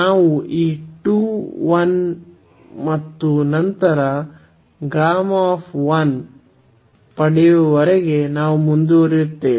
ನಾವು ಈ 2 1 ಮತ್ತು ನಂತರ Γ ಪಡೆಯುವವರೆಗೆ ನಾವು ಮುಂದುವರಿಯುತ್ತೇವೆ